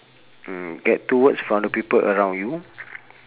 mm get two words from the people around you